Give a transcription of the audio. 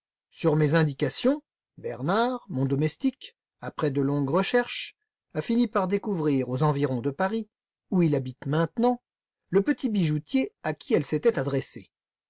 sur mes indications bernard mon domestique après de longues recherches a fini par découvrir aux environs de paris où il habite maintenant le petit bijoutier à qui elle s'était adressée